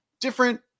different